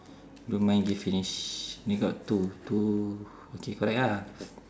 don't mind give finish only got two two okay correct lah